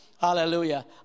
hallelujah